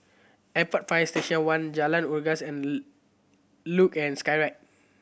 Airport Fire Station One Jalan Unggas and Luge and Skyride